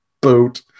boat